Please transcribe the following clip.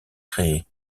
créé